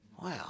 Wow